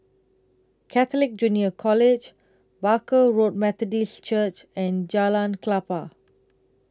Catholic Junior College Barker Road Methodist Church and Jalan Klapa